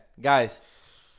guys